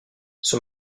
son